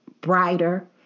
brighter